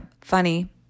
Funny